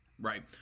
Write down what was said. Right